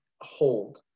hold